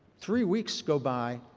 three weeks go by,